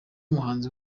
muhanzi